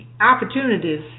opportunities